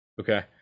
okay